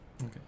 Okay